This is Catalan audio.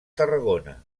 tarragona